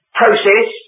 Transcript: process